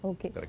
Okay